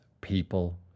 people